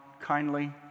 kindly